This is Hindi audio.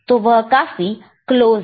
तो वह काफी क्लोज है